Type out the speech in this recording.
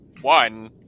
one